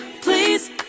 please